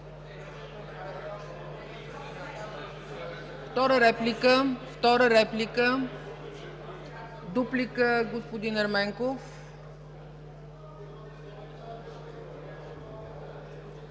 Втора реплика? Дуплика, господин Ерменков.